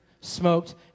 smoked